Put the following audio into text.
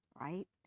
right